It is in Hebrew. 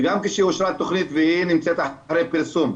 וגם כשאושרה תכנית והיא נמצאת אחרי פרסום,